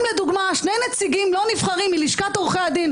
לדוגמה שני נציגים לא נבחרים מלשכת עורכי הדין,